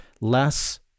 less